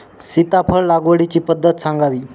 सीताफळ लागवडीची पद्धत सांगावी?